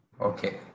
Okay